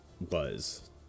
Buzz